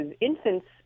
infants